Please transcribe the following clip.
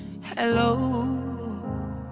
Hello